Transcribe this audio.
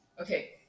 Okay